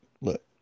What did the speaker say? look